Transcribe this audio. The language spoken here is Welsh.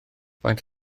faint